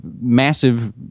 massive